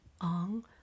on